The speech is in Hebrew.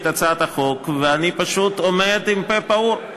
הצעת החוק ואני פשוט עומד עם פה פעור.